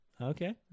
Okay